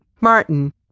Martin